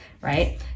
right